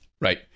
Right